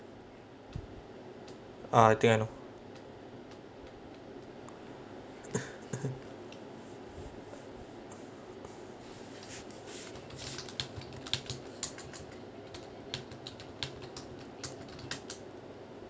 ah I think I know